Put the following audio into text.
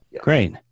Great